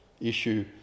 issue